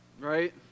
right